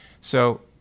So-